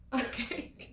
Okay